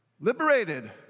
Liberated